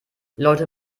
leute